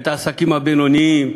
ואת העסקים הבינוניים.